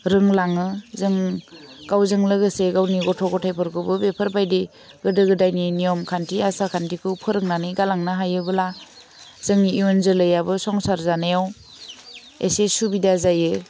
रोंलाङो जों गावजों लोगोसे गावनि गथ' ग'थाइफोरखौबो बेफोरबायदि गोदो गोदायनि नियम खान्थि आसारखान्थिखौ फोरोंनानै गालांनो हायोबोला जोंनि इयुन जोलैआबो संसार जानायाव एसे सुबिदा जायो